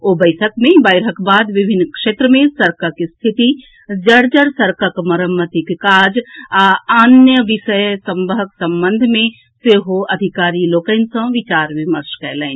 ओ बैसक मे बाढ़िक बाद विभिन्न क्षेत्र मे सड़कक स्थिति जर्जर सड़कक मरम्मतिक काज आ अन्य विषयक सभक संबंध मे सेहो अधिकारी लोकनि सॅ विचार विमर्श कयलनि